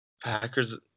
Packers